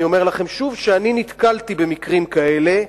אני אומר לכם שוב שאני נתקלתי במקרים כאלה,